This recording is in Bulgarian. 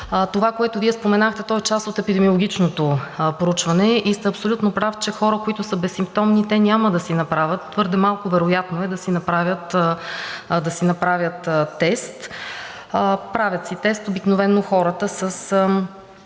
Това, което Вие споменахте, то е част от епидемиологичното проучване, и сте абсолютно прав, че хора, които са безсимптомни, няма да си направят, твърде малко вероятно е да си направят тест. Правят си тест обикновено хората със